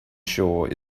shore